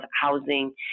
housing